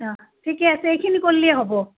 অ' ঠিকে আছে এইখিনি কল্লিয়েই হ'ব